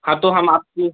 हाँ तो हम आपके